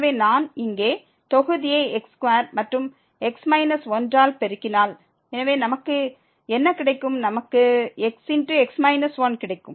எனவே நான் இங்கே தொகுதியை x2 மற்றும் x 1 ஆல் பெருக்கினால் நமக்கு என்ன கிடைக்கும் நமக்கு xx 1 கிடைக்கும்